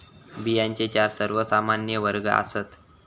बियांचे चार सर्वमान्य वर्ग आसात